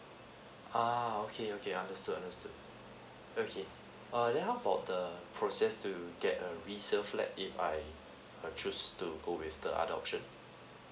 ah okay okay understood understood okay err then how about the process to get a resale flat if I uh choose to go with the other option